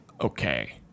Okay